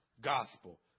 gospel